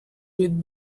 with